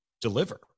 deliver